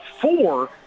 Four